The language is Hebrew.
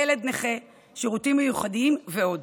ילד נכה, שירותים מיוחדים ועוד,